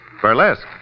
Burlesque